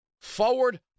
forward